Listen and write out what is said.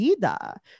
Vida